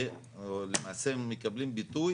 ולמעשה הם מקבלים ביטוי